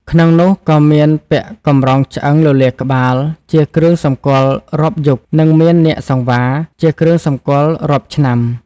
ក្នុងនោះ ក៏មានពាក់កម្រងឆ្អឹងលលាដ៍ក្បាល ជាគ្រឿងសម្គាល់រាប់យុគ និងមាននាគសង្វារ ជាគ្រឿងសម្គាល់រាប់ឆ្នាំ។។